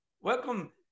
Welcome